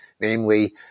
namely